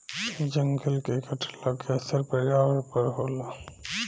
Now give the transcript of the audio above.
जंगल के कटला के असर पर्यावरण पर होला